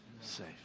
safe